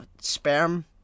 sperm